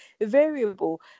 variable